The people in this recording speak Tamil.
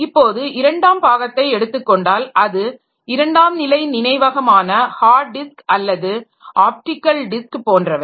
இப்போது இரண்டாம் பாகத்தை எடுத்துக்கொண்டால் அது இரண்டாம் நிலை நினைவகமான ஹார்ட் டிஸ்க் அல்லது ஆப்டிக்கல் டிஸ்க் போன்றவை